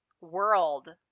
world